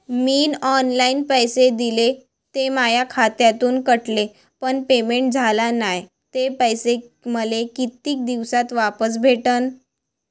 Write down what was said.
मीन online पैसे दिले, ते माया खात्यातून कटले, पण पेमेंट झाल नायं, ते पैसे मले कितीक दिवसात वापस भेटन?